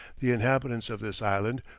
the inhabitants of this island,